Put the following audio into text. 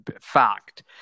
fact